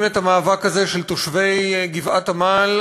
את המאבק הזה של תושבי גבעת-עמל,